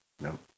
No